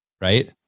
right